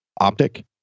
optic